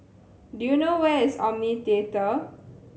do you know where is Omni Theatre